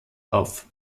auf